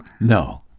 No